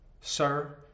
Sir